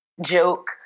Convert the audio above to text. joke